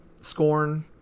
Scorn